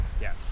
Yes